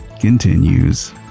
continues